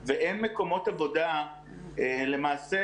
הרבה מהעבודה נעשית